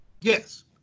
Yes